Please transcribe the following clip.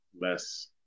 less